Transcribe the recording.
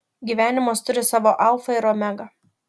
gyvenimas turi savo alfą ir omegą